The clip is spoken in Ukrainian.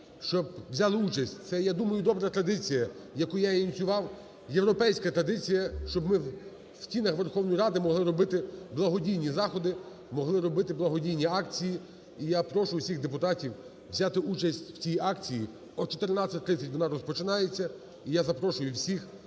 щоб взяли участь. Це, я думаю, добра традиція, яку я ініціював, європейська традиція, щоб ми в стінах Верховної Ради могли робити благодійні заходи, могли робити благодійні акції. І я прошу всіх депутатів взяти участь у цій акції. О 14:30 вона розпочинається, і я запрошую всіх